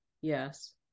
Yes